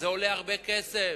וזה עולה הרבה כסף.